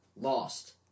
lost